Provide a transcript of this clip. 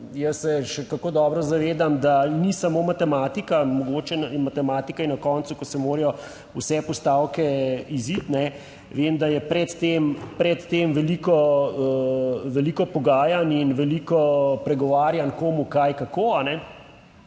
Jaz se še kako dobro zavedam, da ni samo matematika, mogoče matematika je na koncu, ko se morajo vse postavke iziti. Vem, da je pred tem, pred tem veliko veliko pogajanj in veliko pregovarjanj komu, kaj, kako.